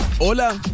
Hola